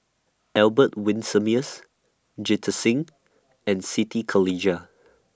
Albert Winsemius Jita Singh and Siti Khalijah